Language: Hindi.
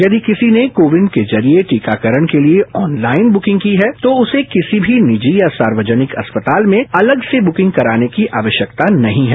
यदि किसी ने को विन के जरिए टीकाकरण के लिए ऑनलाइन बुकिंग की है तो उसे किसी भी निजी या सार्वजनिक अस्पताल में अलग से बुकिंग कराने की आवश्यकता नहीं है